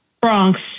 Bronx